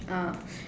ah